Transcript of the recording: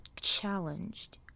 challenged